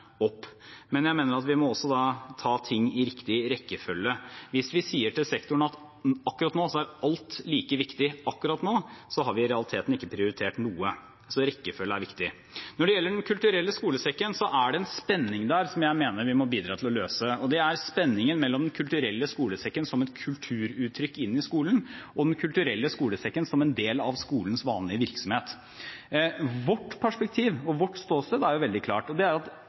opp. Men jeg mener – hvis man sier til sektoren at akkurat nå er alt like viktig, akkurat nå har vi i realiteten ikke prioritert noe – at da må vi også ta ting i riktig rekkefølge. Rekkefølge er viktig. Når det gjelder Den kulturelle skolesekken, er det en spenning der som jeg mener vi må bidra til å løse, og det er spenningen mellom Den kulturelle skolesekken som et kulturuttrykk inn i skolen og Den kulturelle skolesekken som en del av skolens vanlige virksomhet. Vårt perspektiv og vårt ståsted er veldig klart, og det er at